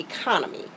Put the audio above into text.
economy